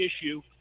issue